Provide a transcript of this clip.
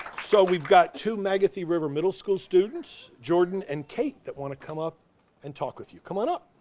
so we've got two magothy river middle school students, jordan and kate, that want to come up and talk with you. come on up.